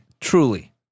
truly